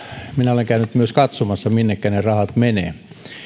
minä olen käynyt myös katsomassa minnekä ne rahat menevät